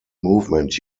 movement